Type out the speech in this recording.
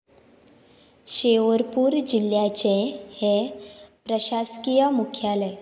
शिरपूर जिल्ल्याचें हें प्रशासकीय मुख्यालय